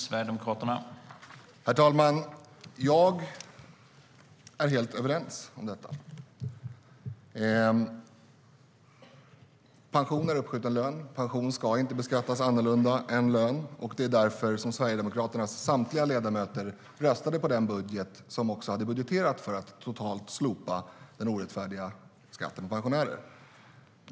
Herr talman! Vi är helt överens om detta. Pension är uppskjuten lön och ska inte beskattas annorlunda än lön. Det är därför Sverigedemokraternas samtliga ledamöter röstade på den budget där man hade budgeterat för att totalt slopa den orättfärdiga skatten för pensionärer.